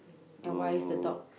oh